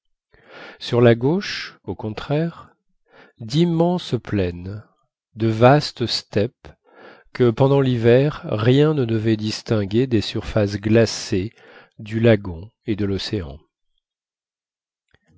sur la gauche au contraire d'immenses plaines de vastes steppes que pendant l'hiver rien ne devait distinguer des surfaces glacées du lagon et de l'océan